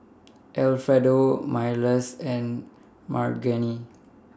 Alfredo Myles and Margene